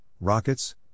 rockets